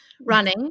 running